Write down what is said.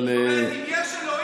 כלומר אם יש אלוהים,